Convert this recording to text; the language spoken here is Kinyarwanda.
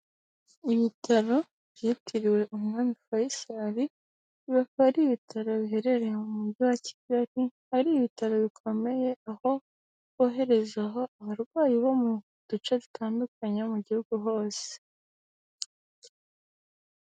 Ibitaro byitiriwe Umwami Faisal bikaba ari ibitaro biherereye mu mujyi wa Kigali, ari ibitaro bikomeye, aho boherezaho abarwayi bo mu duce dutandukanye bo mu gihugu hose.